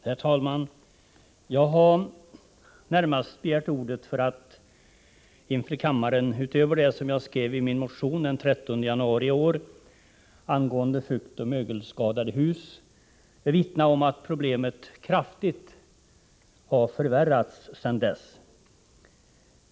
Herr talman! Jag har begärt ordet närmast för att ytterligare belysa det jag tog upp i min motion den 13 januari i år angående fuktoch mögelskadade hus och för att inför kammaren vittna om att problemet kraftigt har förvärrats sedan dess.